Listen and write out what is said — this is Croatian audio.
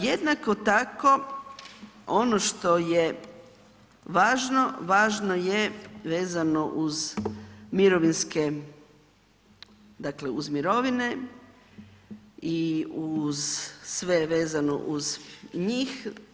Jednako tako, ono što je važno, važno je vezano uz mirovinske, dakle uz mirovine i uz sve vezano uz njih.